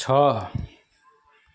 छ